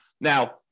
Now